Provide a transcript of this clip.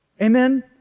Amen